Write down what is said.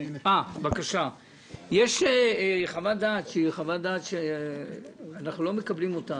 יש חוות דעת שאנחנו עדיין לא מקבלים אותה,